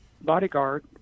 bodyguard